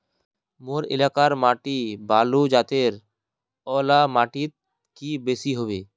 मोर एलाकार माटी बालू जतेर ओ ला माटित की बेसी हबे?